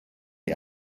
die